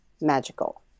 magical